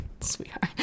sweetheart